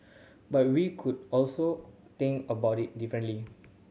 but we could also think about it differently